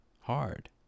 hard